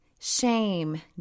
shame